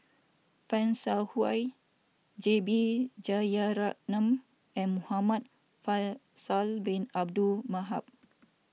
Fan Shao Hua J B Jeyaretnam and Muhamad Faisal Bin Abdul Manap